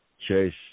Chase